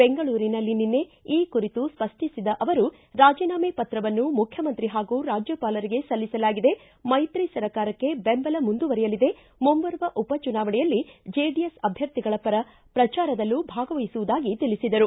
ಬೆಂಗಳೂರಿನಲ್ಲಿ ನಿನ್ನೆ ಈ ಕುರಿತು ಸ್ಪಷ್ಟಪಡಿಸಿದ ಅವರು ರಾಜೀನಾಮೆ ಪತ್ರವನ್ನು ಮುಖ್ಯಮಂತ್ರಿ ಹಾಗೂ ರಾಜ್ಯಪಾಲರಿಗೆ ಸಲ್ಲಿಸಲಾಗಿದೆ ಮೈತ್ರಿ ಸರ್ಕಾರಕ್ಕೆ ಬೆಂಬಲ ಮುಂದುವರೆಯಲಿದೆ ಮುಂಬರುವ ಉಪಚುನಾವಣೆಯಲ್ಲಿ ಜೆಡಿಎಸ್ ಅಭ್ವರ್ಧಿಗಳ ಪರ ಪ್ರಚಾರದಲ್ಲೂ ಭಾಗವಹಿಸುವುದಾಗಿ ತಿಳಿಸಿದರು